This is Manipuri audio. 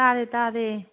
ꯇꯥꯔꯦ ꯇꯥꯔꯦ